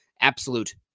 absolute